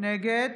נגד